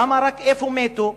למה רק איפה שמתו?